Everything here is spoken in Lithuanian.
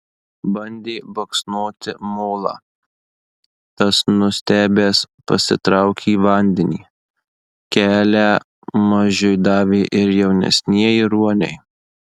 bandė baksnoti molą tas nustebęs pasitraukė į vandenį kelią mažiui davė ir jaunesnieji ruoniai